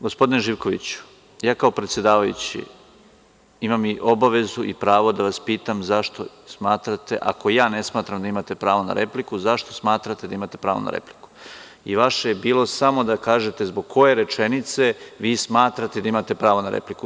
Gospodine Živkoviću, ja kao predsedavajući imam obavezu i pravo da vas pitam zašto smatrate, ako ja ne smatram da imate pravo na repliku, da imate pravo na repliku i vaše je bilo samo da kažete zbog koje rečenice vi smatrate da imate pravo na repliku.